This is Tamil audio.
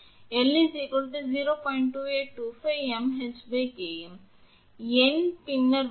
2825 𝑚𝐻 𝑘𝑚 அடுத்து எண் பின்னர் வரும்